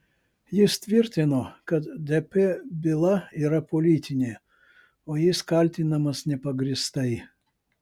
jis tvirtino kad dp byla yra politinė o jis kaltinamas nepagrįstai